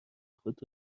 خود